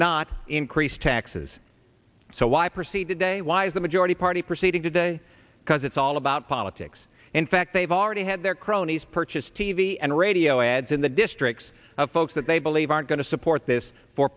not increase taxes so why proceed today why is the majority party proceeding today because it's all about politics in fact they've already had their cronies purchase t v and radio ads in the districts of folks that they believe aren't going to support this for